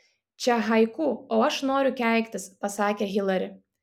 čia haiku o aš noriu keiktis pasakė hilari